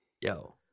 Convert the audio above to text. Yo